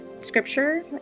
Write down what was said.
scripture